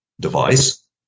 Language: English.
device